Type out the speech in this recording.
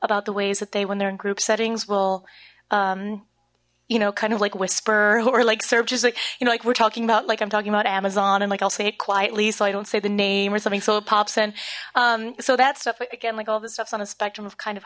about the ways that they when they're in group settings will you know kind of like whisper who are like serb she's like you know like we're talking about like i'm talking about amazon and like i'll say it quietly so i don't say the name or something so it pops in so that stuff again like all this stuff's on a spectrum of kind of